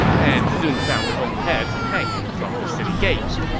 and soon found their own heads hanging from the city gates.